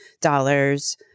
dollars